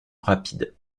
rapide